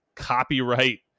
copyright